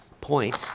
point